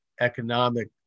economic